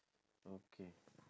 okay